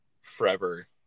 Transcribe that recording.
forever